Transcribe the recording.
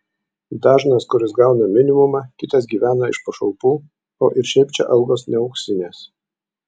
dažnas kuris gauna minimumą kitas gyvena iš pašalpų o ir šiaip čia algos ne auksinės